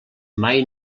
mai